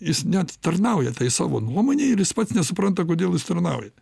jis net tarnauja tai savo nuomonei ir jis pats nesupranta kodėl jis tarnauja